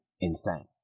insane